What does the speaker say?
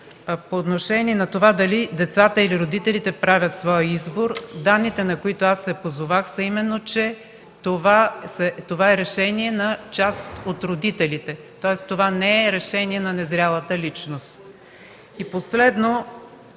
по отношение на това дали децата или родителите правят своя избор. Данните, на които аз се позовах, са именно, че това е решение на част от родителите. Тоест това не е решение на незрялата личност. И последно,